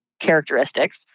characteristics